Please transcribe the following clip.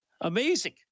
Amazing